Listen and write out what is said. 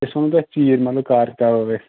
أسۍ وَنہو تۅہہِ ژیٖرۍ مَطلَب کَر کَرو أسۍ